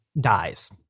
dies